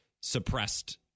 suppressed